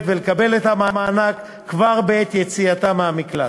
ולקבל את המענק כבר בעת יציאתה מהמקלט.